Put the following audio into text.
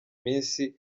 minsi